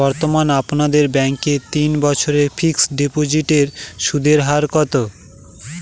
বর্তমানে আপনাদের ব্যাঙ্কে তিন বছরের ফিক্সট ডিপোজিটের সুদের হার কত?